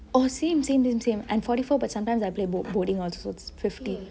oh same same same same and forty four but sometimes I pay boulding also is fifty